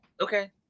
Okay